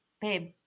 babe